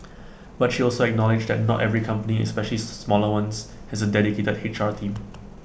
but she also acknowledged that not every company especially smaller ones has A dedicated H R team